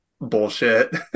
bullshit